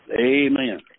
Amen